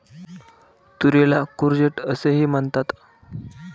तुरीला कूर्जेट असेही म्हणतात